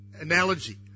analogy